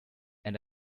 and